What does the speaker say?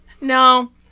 No